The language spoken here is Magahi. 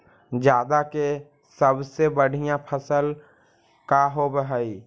जादा के सबसे बढ़िया फसल का होवे हई?